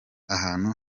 ahantu